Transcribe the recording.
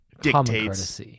Dictates